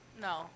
No